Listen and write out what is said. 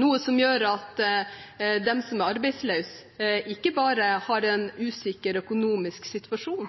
noe som gjør at de som er arbeidsløse, ikke bare har en usikker økonomisk situasjon,